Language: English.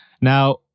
Now